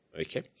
Okay